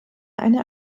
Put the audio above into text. eine